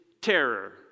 terror